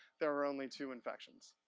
there were only two infections.